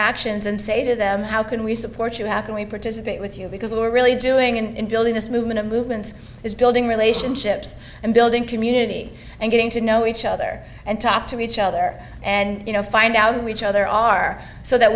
actions and say to them how can we support you how can we participate with you because we're really doing in building this movement a movement is building relationships and building community and getting to know each other and talk to each other and you know find out who each other are so that